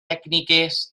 tècniques